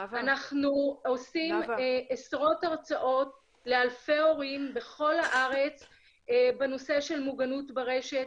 אנחנו עושים עשרות הרצאות לאלפי הורים בכל הארץ בנושא של מוגנות ברשת,